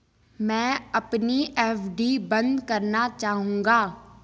मैं अपनी एफ.डी बंद करना चाहूंगा